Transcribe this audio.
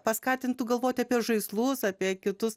paskatintų galvoti apie žaislus apie kitus